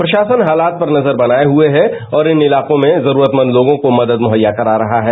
प्रषासन हालात पर नजर बनाए हुए है और इन इलाको में जरूरतमंद लोगों को मदद मुहैया करा रहा है